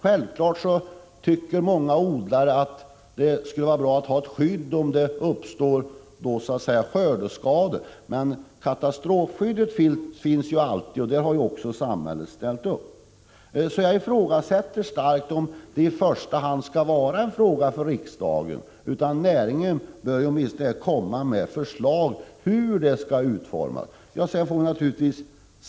Självfallet tycker många odlare att det skulle vara bra att ha ett skydd mot skördeskador inom näringen, men det finns trots allt ett katastrofskydd, som samhället också har ställt sig bakom. Jag ifrågasätter starkt om detta i första hand är en fråga för riksdagen. Näringen bör åtminstone lägga fram ett förslag till hur ett sådant här skydd skall utformas.